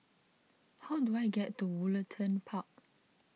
how do I get to Woollerton Park